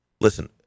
listen